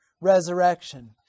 resurrection